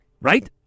right